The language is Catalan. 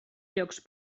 llocs